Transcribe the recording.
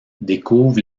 découvre